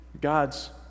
God's